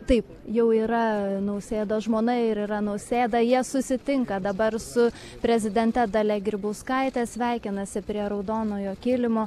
taip jau yra nausėdos žmona ir yra nausėda jie susitinka dabar su prezidente dalia grybauskaite sveikinasi prie raudonojo kilimo